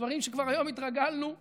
דברים שהיום כבר התרגלנו אליהם.